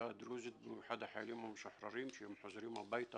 הדרוזית במיוחד החיילים המשוחררים שהם חוזרים הביתה,